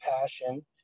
passion